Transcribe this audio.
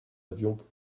avions